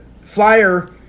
flyer